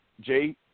Jay